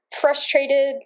frustrated